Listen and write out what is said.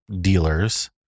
dealers